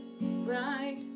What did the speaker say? Right